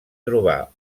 trobar